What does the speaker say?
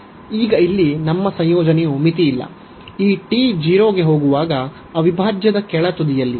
ಈಗ ಇಲ್ಲಿ ನಮ್ಮ ಸಂಯೋಜನೆಯು ಮಿತಿಯಿಲ್ಲ ಈ t 0 ಗೆ ಹೋಗುವಾಗ ಅವಿಭಾಜ್ಯದ ಕೆಳ ತುದಿಯಲ್ಲಿ